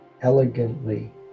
elegantly